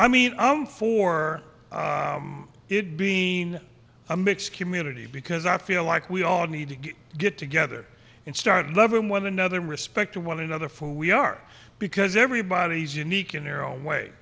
i mean i'm for it being a mixed community because i feel like we all need to get together and start loving one another and respect one another for we are because everybody's unique in their own way